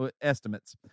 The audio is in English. estimates